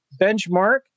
benchmark